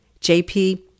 JP